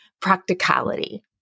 practicality